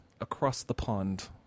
across-the-pond